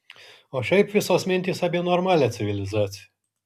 o šiaip visos mintys apie normalią civilizaciją